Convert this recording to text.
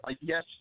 yes